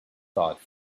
thought